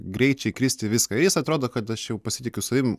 greičiai kristi viską jis atrodo kad aš jau pasitikiu savim